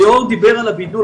ליאור דיבר על הבידול,